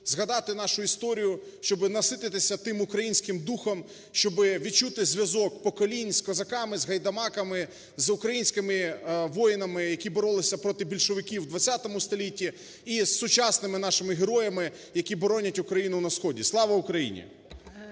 згадати нашу історію, щоб насититися тим українським духом, щоб відчути зв'язок поколінь з козаками, з гайдамаками, з українськими воїнами, які боролися проти більшовиків у ХХ столітті, і з сучасними нашими героями, які боронять Україну на сході. Слава Україні!